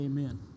Amen